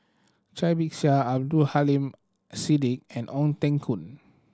Cai Bixia Abdul Aleem Siddique and Ong Teng Koon